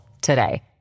today